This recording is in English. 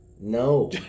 No